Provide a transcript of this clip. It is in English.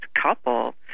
couple